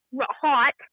hot